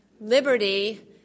liberty